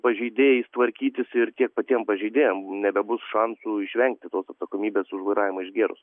pažeidėjais tvarkytis ir tiek patiem pažeidėjam nebebus šansų išvengti tos atsakomybės už vairavimą išgėrus